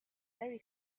very